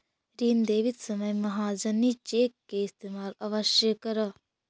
ऋण देवित समय महाजनी चेक के इस्तेमाल अवश्य करऽ